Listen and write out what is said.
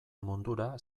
mundura